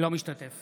אינו משתתף